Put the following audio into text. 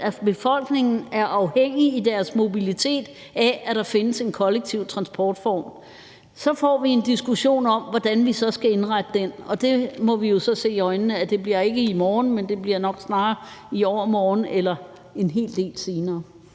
af befolkningen er i deres mobilitet afhængig af, at der findes en kollektiv transportform. Så får vi en diskussion af, hvordan vi skal indrette den, og vi må så se i øjnene, at det ikke bliver i morgen, men snarere i overmorgen eller en hel del senere.